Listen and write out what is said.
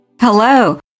Hello